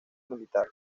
militar